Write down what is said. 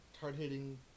hard-hitting